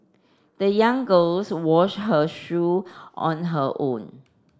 the young girls wash her shoe on her own